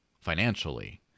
financially